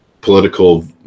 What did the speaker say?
political